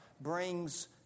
brings